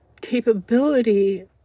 capability